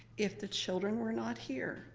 if the children were not here,